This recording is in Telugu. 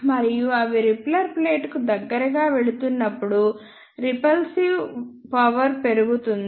మరియు అవి రిపెల్లర్ ప్లేట్ కు దగ్గరగా వెళుతున్నప్పుడు రిపల్సివ్ పవర్ పెరుగుతుంది